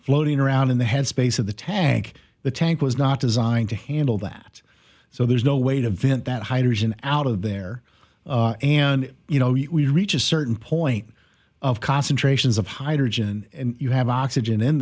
floating around in the headspace of the tank the tank was not designed to handle that so there's no way to vent that hydrogen out of there and you know you reach a certain point of concentrations of hydrogen you have oxygen in